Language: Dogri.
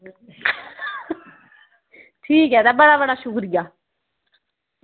ठीक ऐ तां बड़ा बड़ा शुक्रिया